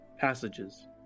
passages